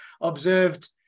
observed